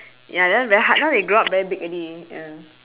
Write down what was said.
ya that one very hard now they grow up very big already ya